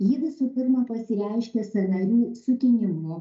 ji visų pirma pasireiškia sąnarių sutinimu